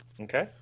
Okay